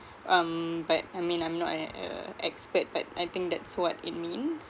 um but I mean I'm not an uh expert but I think that's what it means